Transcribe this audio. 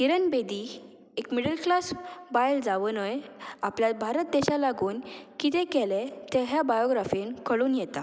किरण बेदी एक middle class बायल जावनय आपल्या भारत देशा लागून किदें केलें तें ह्या बायोग्राफीन कळून येता